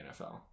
NFL